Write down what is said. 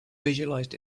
visualized